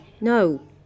No